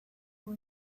who